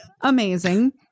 amazing